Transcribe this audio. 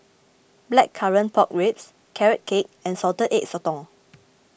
Blackcurrant Pork Ribs Carrot Cake and Salted Egg Sotong